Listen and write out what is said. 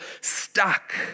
stuck